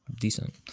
decent